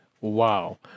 Wow